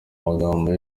magambo